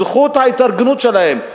זכות ההתארגנות שלהם,